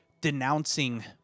denouncing